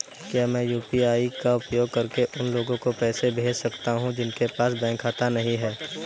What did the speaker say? क्या मैं यू.पी.आई का उपयोग करके उन लोगों को पैसे भेज सकता हूँ जिनके पास बैंक खाता नहीं है?